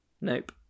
Nope